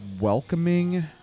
welcoming